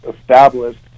established